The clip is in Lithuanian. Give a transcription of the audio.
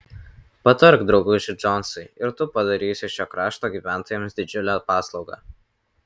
patark drauguži džonsai ir tu padarysi šio krašto gyventojams didžiulę paslaugą